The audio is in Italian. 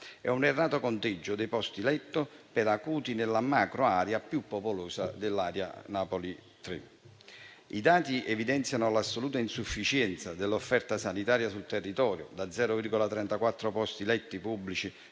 un errato conteggio dei posti letto per acuti nella macro area più popolosa della stessa area Napoli 3. I dati evidenziano l'assoluta insufficienza dell'offerta sanitaria sul territorio (0,34 posti letto pubblici